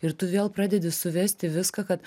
ir tu vėl pradedi suvesti viską kad